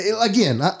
again